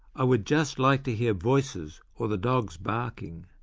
i would just like to hear voices or the dogs barking.